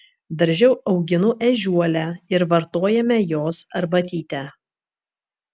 darže auginu ežiuolę ir vartojame jos arbatytę